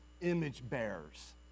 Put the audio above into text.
image-bearers